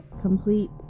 complete